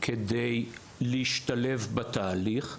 כדי להשתלב בתהליך.